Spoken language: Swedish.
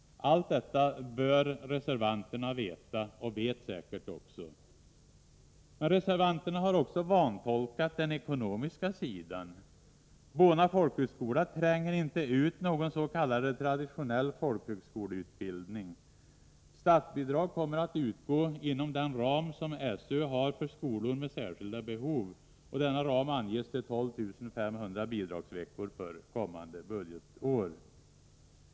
Allt detta bör reservanterna veta, och det vet de säkert också. Reservanterna har också vantolkat den ekonomiska sidan. Bona folkhögskola tränger inte ut någon s.k. traditionell folkhögskoleutbildning. Statsbidrag kommer att utgå inom den ram som SÖ har för skolor med särskilda behov. Denna ram anges till 12 500 bidragsveckor för kommande budgetår.